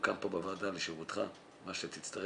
כאן פה בוועדה לשירותך במה שתצטרך,